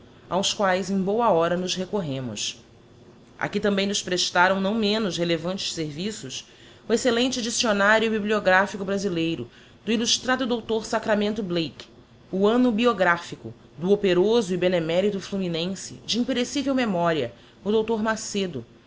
hora nos recorremos aqui também nos prestaram não menos relevantes serviços o excellente diccionario bíbliograpmco brasileiro do illustrado dr sacramento blake o anno biographico do operoso e benemérito fluminense de imperecível memoria o dr macedo